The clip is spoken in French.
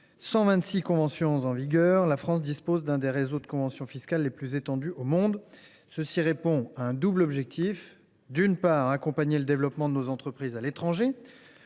126 conventions en vigueur, la France dispose d’un des réseaux de conventions fiscales les plus étendus au monde. Cela répond à un double objectif : d’une part, accompagner le développement de nos entreprises à l’étranger